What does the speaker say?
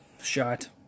shot